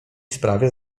sprawie